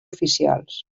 oficials